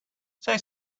say